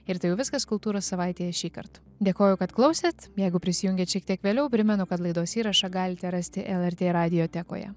ir tai jau viskas kultūros savaitėje šįkart dėkoju kad klausėt jeigu prisijungėt šiek tiek vėliau primenu kad laidos įrašą galite rasti lrt radiotekoje